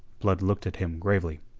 blood looked at him gravely.